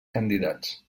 candidats